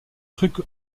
truc